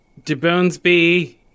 DeBonesby